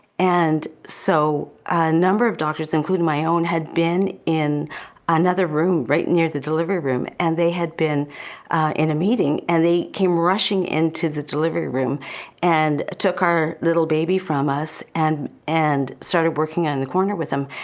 and so a number of doctors including my own had been in another room right near the delivery room. and they had been in a meeting and they came rushing into the delivery room and took our little baby from us and and started working in the corner with him.